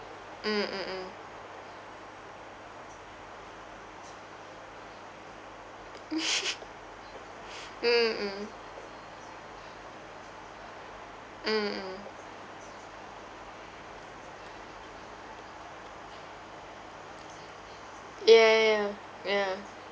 mm mm mm mm mm mm mm ya ya ya ya ya